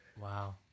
Wow